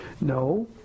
no